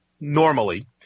normally